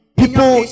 people